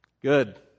Good